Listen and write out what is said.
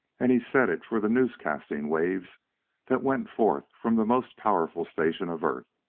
and he set it for the newscasting waves that went forth from the most powerful station of earth,